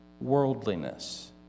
worldliness